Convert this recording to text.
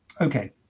Okay